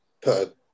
put